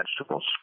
vegetables